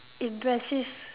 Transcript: impressive